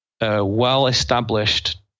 well-established